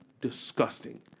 disgusting